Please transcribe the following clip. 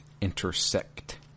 Intersect